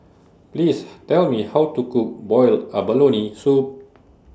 Please Tell Me How to Cook boiled abalone Soup